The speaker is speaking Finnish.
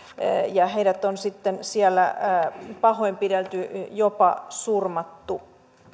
ja heidät on sitten siellä pahoinpidelty jopa surmattu